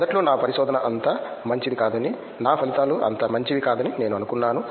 మొదట్లో నా పరిశోధన అంత మంచిది కాదని నా ఫలితాలు అంత మంచివి కాదని నేను అనుకున్నాను